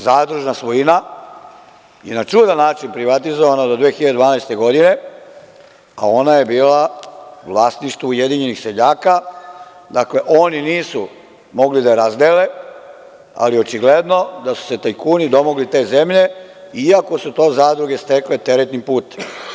Zadružna svojina je na čudan način privatizovana 2012. godine, a ono je bila vlasništvo ujedinjenih seljaka, dakle, oni nisu mogli da razdele ali očigledno da su se tajkuni domogli te zemlje iako su to zadruge stekle teretni put.